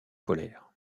polaires